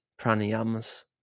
pranayamas